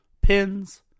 pins